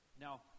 Now